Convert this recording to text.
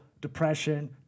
Depression